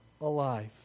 alive